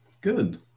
good